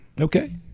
Okay